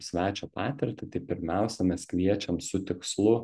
svečio patirtį tai pirmiausia mes kviečiam su tikslu